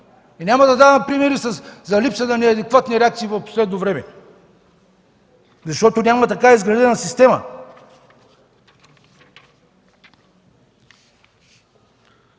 Няма да давам примери за липса на адекватни реакции в последно време, защото няма изградена система.